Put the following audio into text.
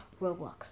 Roblox